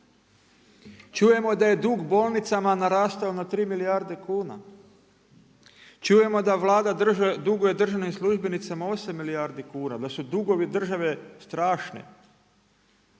Čujemo da je dug bolnicama narastao na 3 milijarde kuna, čujemo da Vlada duguje državnim službenicama 8 milijardi kuna, da su dugovi države strašni.